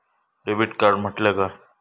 Debit card म्हटल्या काय?